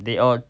they all